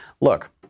look